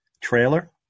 trailer